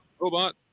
Robot